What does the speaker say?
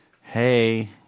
Hey